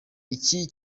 iki